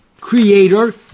creator